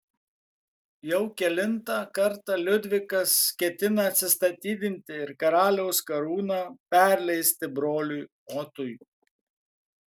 jau kelintą kartą liudvikas ketina atsistatydinti ir karaliaus karūną perleisti broliui otui